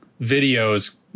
videos